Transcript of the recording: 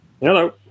Hello